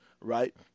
right